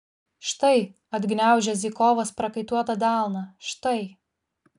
štai atgniaužia zykovas prakaituotą delną štai